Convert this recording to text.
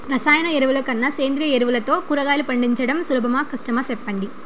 రసాయన ఎరువుల కన్నా సేంద్రియ ఎరువులతో కూరగాయలు పండించడం సులభమా కష్టమా సెప్పండి